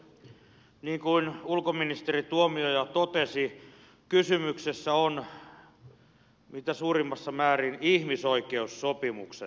niin kuin ulkoministeri tuomioja totesi kysymys on mitä suurimmassa määrin ihmisoikeussopimuksesta